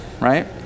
right